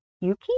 Yuki